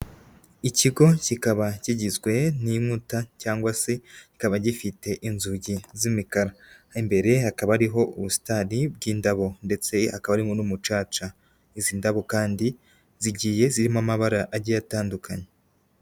Ikigo kikaba kigizwe n'inkuta cyangwa se kikaba gifite inzugi z'imikara, imbere hakaba ari ubusitari bw'indabo ndetse akaba harimo n'umucaca. Izi ndabo kandi zigiye zirimo amabara agiye atandukanye.